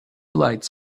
lights